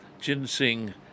Ginseng